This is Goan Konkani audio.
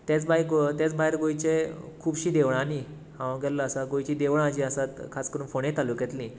तेच भाय तेच भायर गोंयचे खूबशीं देवळांनी हांव गेल्लों आसा गोंयचीं देवळां जीं आसात खास करून फोडें तालुक्यांतलीं